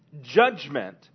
judgment